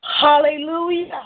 Hallelujah